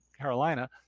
Carolina